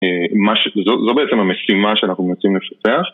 אה... מה ש... זו בעצם המשימה שאנחנו רוצים לפתח